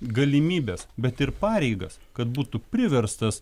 galimybes bet ir pareigas kad būtų priverstas